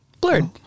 blurred